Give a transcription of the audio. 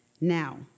Now